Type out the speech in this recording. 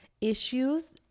issues